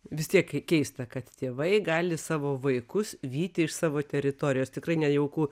vis tiek keista kad tėvai gali savo vaikus vyti iš savo teritorijos tikrai nejauku